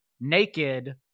naked